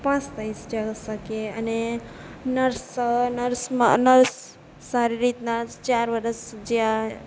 pass થઈ શકીએ અને નર્સ નર્સમાં નર્સ સારી રીતના ચાર વરસ જ્યાં